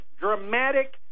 dramatic